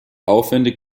aufwändig